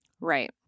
Right